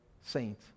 saint